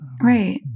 right